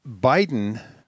Biden